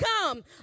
come